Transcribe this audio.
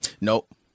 Nope